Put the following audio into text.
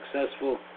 successful